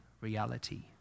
reality